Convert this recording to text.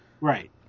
Right